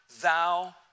thou